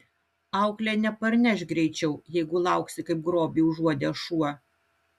auklė neparneš greičiau jeigu lauksi kaip grobį užuodęs šuo